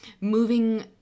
moving